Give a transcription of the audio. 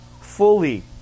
fully